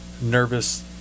nervous